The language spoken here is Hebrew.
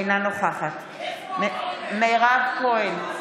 אינה נוכחת מירב כהן,